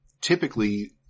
typically